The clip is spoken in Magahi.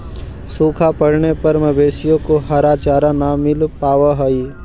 सूखा पड़ने पर मवेशियों को हरा चारा न मिल पावा हई